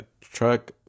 truck